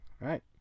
right